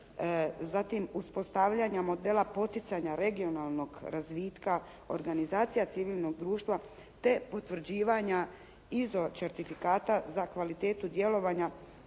Zatim, uspostavljanja modela poticanja regionalnog razvitka, organizacija civilnog društva te potvrđivanja ISO certifikata za kvalitetu djelovanja